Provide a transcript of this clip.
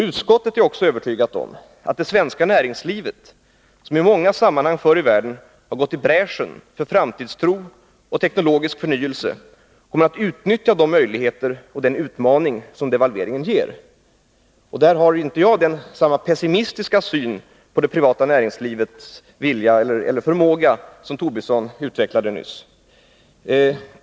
Utskottet är också övertygat om att det svenska näringslivet, som i många sammanhang förr i världen har gått i bräschen för framtidstro och teknologisk förnyelse, kommer att utnyttja de möjligheter och den utmaning som devalveringen ger. Jag har i det fallet inte samma pessimistiska syn på det privata näringslivets vilja och förmåga som Lars Tobisson utvecklade nyss.